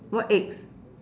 what eggs